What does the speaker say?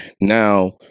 now